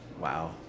Wow